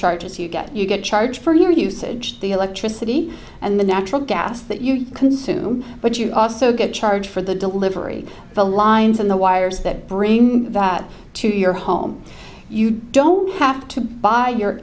charges you get you get charged for your usage the electricity and the natural gas that you consume but you also get charged for the delivery of the lines on the wires that bring that to your home you don't have to buy your